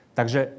Takže